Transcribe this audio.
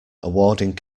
awarding